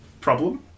Problem